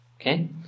Okay